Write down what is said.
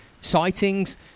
sightings